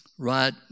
right